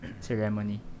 ceremony